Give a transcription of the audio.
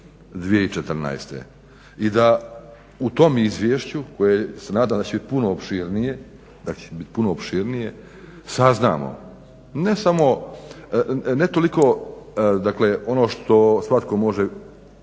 2014. i da u tom izvješću koje se nadam da će bit puno opširnije, saznamo ne toliko dakle ono što svatko može